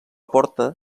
porta